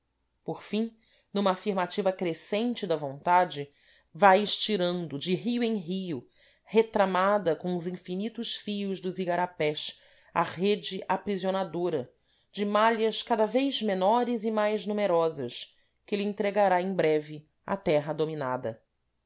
por fim numa afirmativa crescente da vontade vai estirando de rio em rio retramada com os infinitos fios dos igarapés a rede aprisionadora de malhas cada vez menores e mais numerosas que lhe entregará em breve a terra dominada